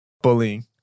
Bullying